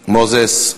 מוזס.